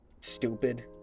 stupid